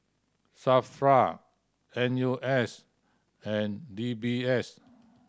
SAFRA N U S and D B S